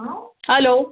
अं हलो